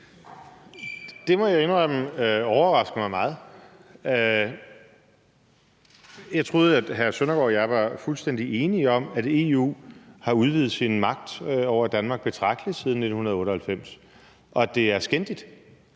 Det må jeg indrømme overrasker mig meget. Jeg troede, at hr. Søren Søndergaard og jeg var fuldstændig enige om, at EU har udvidet sin magt over Danmark betragteligt siden 1998, og at det er skændigt.